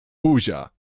buzia